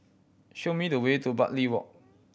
show me the way to Bartley Walk